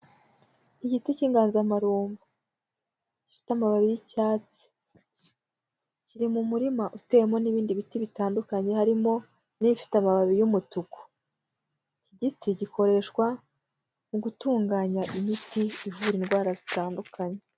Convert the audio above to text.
Igiti cy'inganzamarumbo, cy'amababi y'icyatsi, kiri mu murima uteyemo n'ibindi biti bitandukanye harimo n'ibifite amababi y'umutuku, iki giti gikoreshwa mu gutunganya imiti ivura indwara zitandukanye.